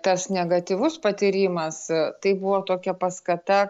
tas negatyvus patyrimas tai buvo tokia paskata